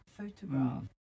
photograph